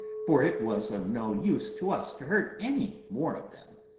for it was of no use to us to hurt any more of them.